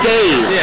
Days